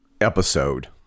episode